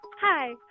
Hi